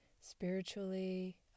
spiritually